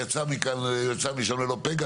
יצא משם ללא פגע,